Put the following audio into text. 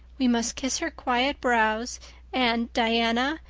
we must kiss her quiet brows and, diana,